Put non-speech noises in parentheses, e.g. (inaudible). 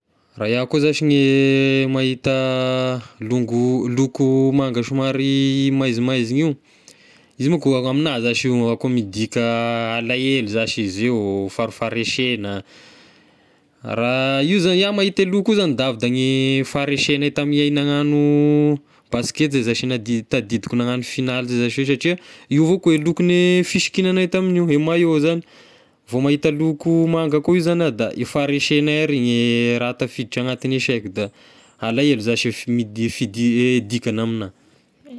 Raha iahy koa zashy ny mahita longo- loko manga somary maizimaizigna io, izy manko amigna zashy io akoa midika alahelo zashy izy io, farifaharesegna, (hesitation) raha io zagny iahy mahita e loko io zagny da avy da gne faharesegnay tany iahy nagnano basikety zay zashy ad- tadidiko nagnano finaly zay zashy io satria io avao koa e lokon'ny fisikinagnay tamin'io, e maillot zagny, vo mahita loko manga akoa io zagny iah da e faharesegnay ary gne raha tafiditra anatin'ny saiko da alahelo zashy fi- midi- fidi- dikany amignah.